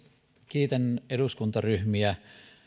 kiitän eduskuntaryhmiä